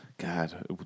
God